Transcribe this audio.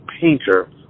painter